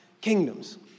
kingdoms